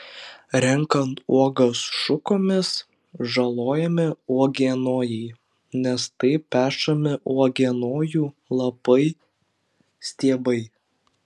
renkant uogas šukomis žalojami uogienojai nes taip pešami uogienojų lapai stiebai